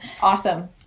awesome